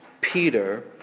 Peter